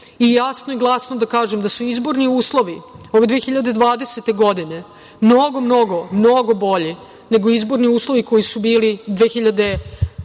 i jasno i glasno da kažem da su izborni uslovi ove 2020. godine mnogo, mnogo, mnogo bolji nego izborni uslovi koji su bili 2012.